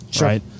right